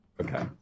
Okay